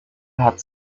hat